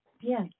Yes